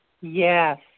Yes